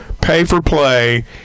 pay-for-play